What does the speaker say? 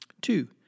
Two